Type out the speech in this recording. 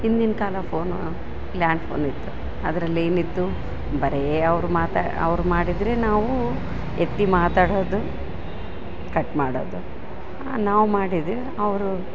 ಹಿಂದಿನ ಕಾಲ phone land ಫೋನಿತ್ ಅದ್ರಲ್ಲಿ ಏನಿತ್ತು ಬರೇ ಅವ್ರ ಮಾತ ಅವ್ರ ಮಾಡಿದರೆ ನಾವು ಎತ್ತಿ ಮಾತಾಡೋದು ಕಟ್ ಮಾಡದು ನಾವು ಮಾಡಿದರೆ ಅವರು